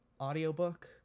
audiobook